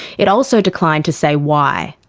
it also declined to say why.